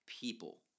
people